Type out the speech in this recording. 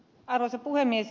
arvoisa puhemies